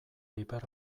piper